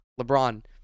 LeBron